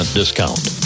discount